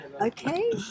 Okay